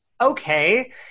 Okay